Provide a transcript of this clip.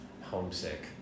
Homesick